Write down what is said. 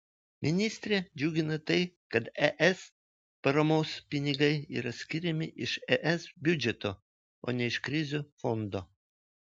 ministrę džiugina tai kad es paramos pinigai yra skiriami iš es biudžeto o ne iš krizių fondo